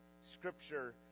scripture